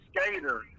skater